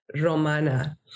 Romana